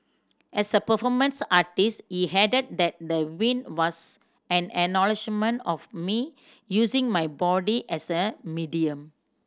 as a performance artist he added that the win was an acknowledgement of me using my body as a medium